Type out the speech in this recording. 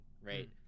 right